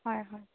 হয় হয়